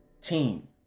team